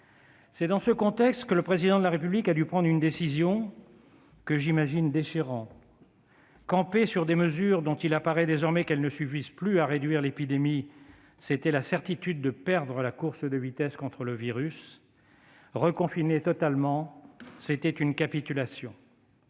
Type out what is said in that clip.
C'est dans ce contexte que le Président de la République a dû prendre une décision que j'imagine déchirante. Camper sur des mesures dont il apparaît désormais qu'elles ne suffisent plus à réduire l'épidémie, c'était la certitude de perdre la course de vitesse contre le virus ; reconfiner totalement, c'était une capitulation,